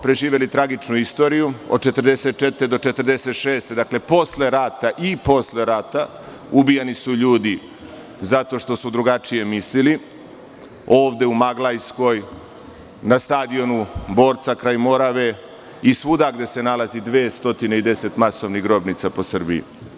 Preživeli smo tragičnu istoriju od 1944. do 1946. godine, dakle posle rata i posle rata su ubijani ljudi zato što su drugačije mislili, ovde u Maglajskoj, na stadionu "Borca" kraj Morave i svuda gde se nalazi 210 masovnih grobnica po Srbiji.